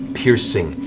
piercing,